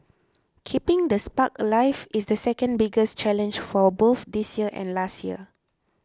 keeping the spark alive is the second biggest challenge for both this year and last year